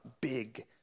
big